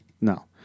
No